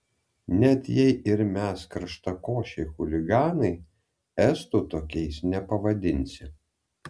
net jei mes ir karštakošiai chuliganai estų tokiais nepavadinsi